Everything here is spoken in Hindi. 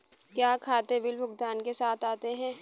क्या खाते बिल भुगतान के साथ आते हैं?